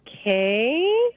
okay